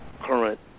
current